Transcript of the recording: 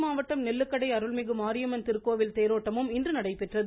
நாகை மாவட்டம் நெல்லுக்கடை அருள்மிகு மாரியம்மன் திருக்கோவிலில் தேரோட்டமும் இன்று நடைபெற்றது